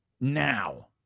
Now